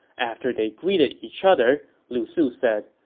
after they greeted each other, lu su said,